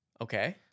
Okay